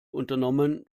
unternommen